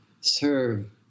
serve